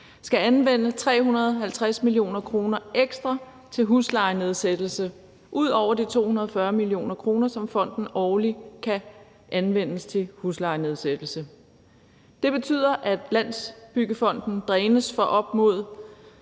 skal anvende 350 mio. kr. ekstra til huslejenedsættelse ud over de 240 mio. kr., som fonden årligt kan anvende til huslejenedsættelse. Det betyder, at Landsbyggefonden drænes for op mod